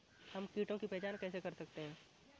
हम कीटों की पहचान कैसे कर सकते हैं?